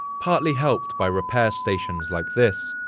partly helped by repair stations like this,